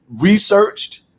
researched